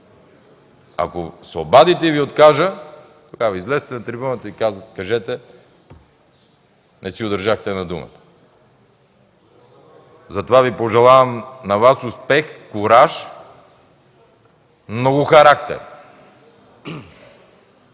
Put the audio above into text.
Ако се обадите и Ви откажа, тогава излезте на трибуната и кажете: „Не си удържахте на думата!”. Пожелавам Ви успех, кураж, много характер